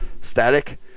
Static